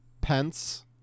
Pence